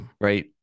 right